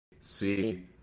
see